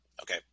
Okay